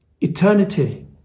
eternity